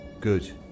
Good